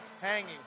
hanging